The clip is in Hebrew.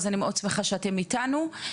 אז אני מאוד שמחה שאתם איתנו.